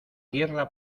tierra